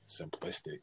simplistic